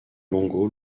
longo